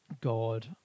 God